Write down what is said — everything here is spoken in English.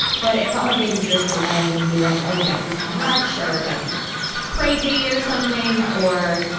but it felt like they would drift away and they'd be like, oh, becky's too much, or becky's crazy or something, or,